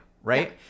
right